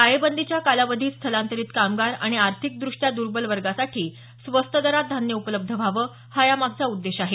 टाळेबंदीच्या कालावधीत स्थलांतरीत कामगार आणि आर्थिक दृष्ट्या दुर्बल वर्गासाठी स्वस्त दरात धान्य उपलब्ध व्हावं हा यामागचा उद्देश आहे